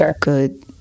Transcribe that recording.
good